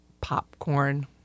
Popcorn